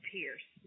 Pierce